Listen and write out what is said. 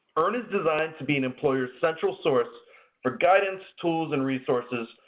earn is designed to be an employer's central source for guidance, tools, and resources,